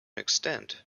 extent